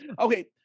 Okay